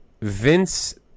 Vince